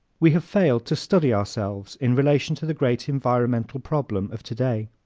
we have failed to study ourselves in relation to the great environmental problem of today.